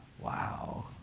Wow